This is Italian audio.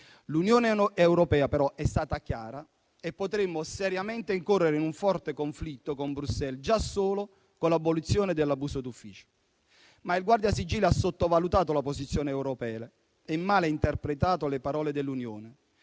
L'Unione europea però è stata chiara e potremmo seriamente incorrere in un forte conflitto con Bruxelles già solo con l'abolizione dell'abuso d'ufficio. Il Guardasigilli ha sottovalutato però la posizione europea e malinterpretato le parole dell'Unione.